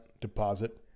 deposit